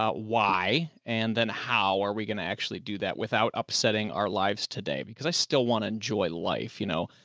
y, and then how are we going to actually do that without upsetting our lives today? because i still want to enjoy life. you know,